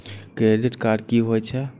Credit card की होय छै?